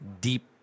deep